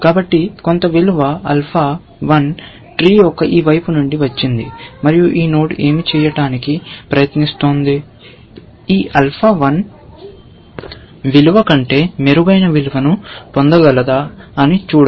కాబట్టి కొంత విలువ ఆల్ఫా 1 ట్రీ యొక్క ఈ వైపు నుండి వచ్చింది మరియు ఈ నోడ్ ఏమి చేయటానికి ప్రయత్నిస్తోంది ఈ ఆల్ఫా 1 విలువ కంటే మెరుగైన విలువను పొందగలదా అని చూడటం